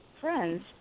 friends